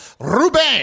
Ruben